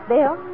Bill